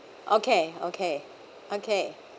okay okay okay